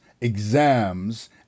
exams